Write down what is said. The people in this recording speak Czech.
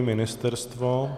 Ministerstvo?